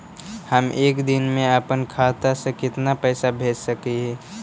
हम एक दिन में अपन खाता से कितना पैसा भेज सक हिय?